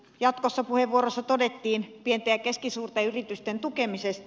jatkossa puheenvuorossa todettiin pienten ja keskisuurten yritysten tukemisesta